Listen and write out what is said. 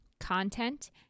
content